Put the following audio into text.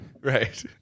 Right